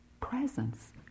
presence